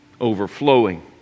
overflowing